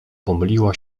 pomyliła